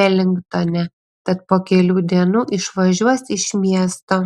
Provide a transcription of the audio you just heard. velingtone tad po kelių dienų išvažiuos iš miesto